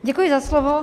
Děkuji za slovo.